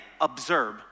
observe